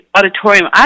Auditorium